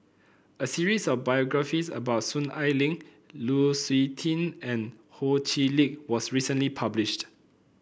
a series of biographies about Soon Ai Ling Lu Suitin and Ho Chee Lick was recently published